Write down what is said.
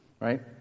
Right